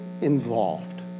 involved